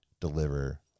deliver